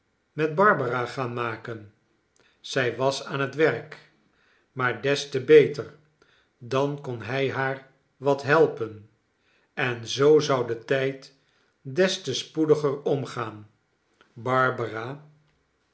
met barbara gaan maken zij was aan het werk maar des te beter dan kon hij haar wat helpen en zoo zou de tijd des te spoediger omgaan barbara